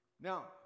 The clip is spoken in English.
Now